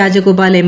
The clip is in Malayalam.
രാജഗോപാൽ എം